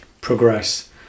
progress